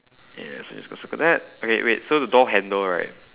yeah so we supposed to circle that okay wait so the door handle right